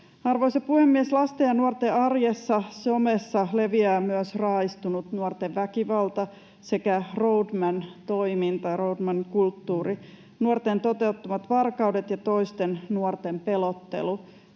Arvoisa puhemies! Lasten ja nuorten arjessa, somessa leviää myös raaistunut nuorten väkivalta sekä roadman-toiminta, roadman-kulttuuri, nuorten toteuttamat varkaudet ja toisten nuorten pelottelu.